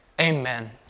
Amen